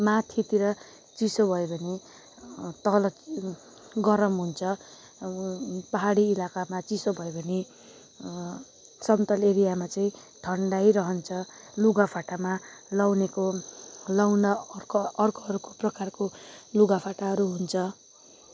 माथितिर चिसो भयो भने तल गरम हुन्छ अब पाहाडी इलाकामा चिसो भयो भने समतल एरियामा चाहिँ ठन्डै रहन्छ लुगाफाटामा लगाउनेको लगाउन अर्को अर्को अर्को प्रकारको लगाफाटाहरू हुन्छ